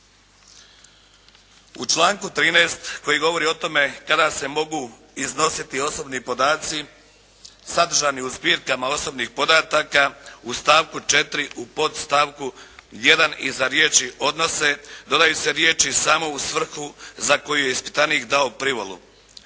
U članku 13. koji govori o tome kada se mogu iznositi osobni podaci sadržani u zbirkama osobnih podataka u stavku 4. u podstavku 1. iza riječi: "odnose" dodaju se riječi: "samo u svrhu za koju je ispitanik dao privolu".